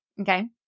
Okay